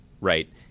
right